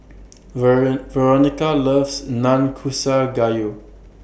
wearing Veronica loves Nanakusa Gayu